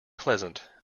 pleasant